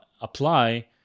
apply